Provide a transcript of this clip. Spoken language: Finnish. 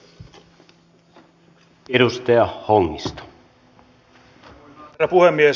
arvoisa herra puhemies